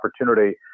opportunity